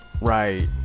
Right